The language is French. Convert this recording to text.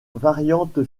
variante